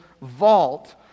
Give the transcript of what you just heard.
vault